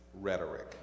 rhetoric